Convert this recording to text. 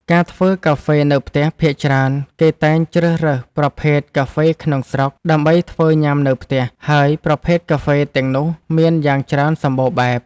ការធ្វើកាហ្វេនៅផ្ទះ ភាគច្រើនគេតែងជ្រើសរើសប្រភេទកាហ្វេក្នុងស្រុក ដើម្បីធ្វើញ៉ាំនៅផ្ទះ ហើយប្រភេទកាហ្វេទាំងនោះមានយ៉ាងច្រើនសម្បូរបែប។